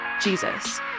Jesus